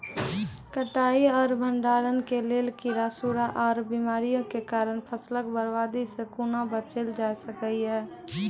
कटाई आर भंडारण के लेल कीड़ा, सूड़ा आर बीमारियों के कारण फसलक बर्बादी सॅ कूना बचेल जाय सकै ये?